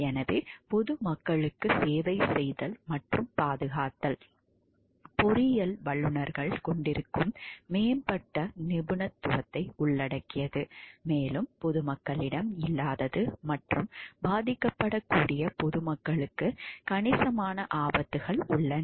எனவே பொதுமக்களுக்கு சேவை செய்தல் மற்றும் பாதுகாத்தல் பொறியியல் வல்லுநர்கள் கொண்டிருக்கும் மேம்பட்ட நிபுணத்துவத்தை உள்ளடக்கியது மேலும் பொதுமக்களிடம் இல்லாதது மற்றும் பாதிக்கப்படக்கூடிய பொதுமக்களுக்கு கணிசமான ஆபத்துகள் உள்ளன